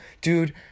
dude